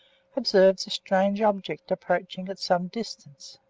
observed a strange object approaching at some distance.